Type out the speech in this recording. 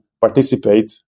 participate